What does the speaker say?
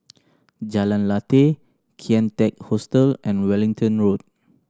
Jalan Lateh Kian Teck Hostel and Wellington Road